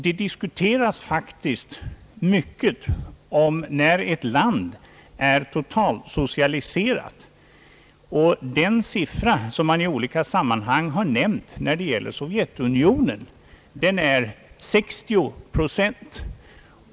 Det diskuteras faktiskt mycket om när ett land är totalsocialiserat, och den siffra som man i olika sammanhang har nämnt beträffande Sovjetunionen är 60 procent.